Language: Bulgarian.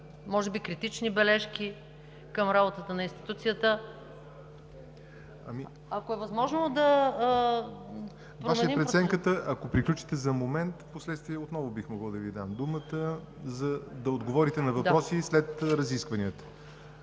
може би критични бележки към работата на институцията? Ако е възможно… ПРЕДСЕДАТЕЛ ЯВОР НОТЕВ: Ваша е преценката. Ако приключите в момента, впоследствие отново бих могъл да Ви дам думата, за да отговорите на въпроси след разискванията.